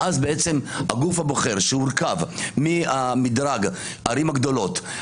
ואז בעצם הגוף הבוחר שהורכב מהמדרג של ערים גדולות,